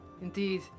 Indeed